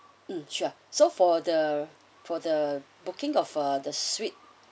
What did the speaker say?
um sure so for the for the booking of uh the suite